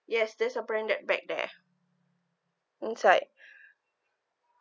yes that's the brand that bag there inside